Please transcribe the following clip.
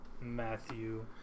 Matthew